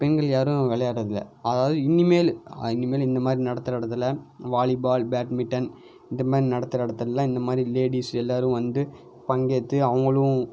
பெண்கள் யாரும் விளையாட்றதில்ல அதாவது இனி மேலம் இனி மேலும் இந்த மாதிரி நடத்துகிற இடத்துல வாலிபால் பேட்மிட்டன் இந்த மாதிரி நடத்துகிற இடத்துல்லாம் இந்த மாதிரி லேடீஸ் எல்லோரும் வந்து பங்கேற்று அவங்களும்